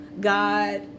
God